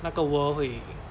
那个 world 会